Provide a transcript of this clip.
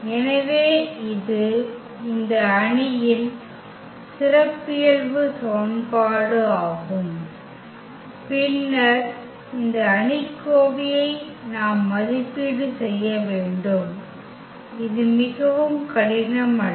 எனவே இது இந்த அணியின் சிறப்பியல்பு சமன்பாடு ஆகும் பின்னர் இந்த அணிக்கோவையை நாம் மதிப்பீடு செய்ய வேண்டும் இது மிகவும் கடினம் அல்ல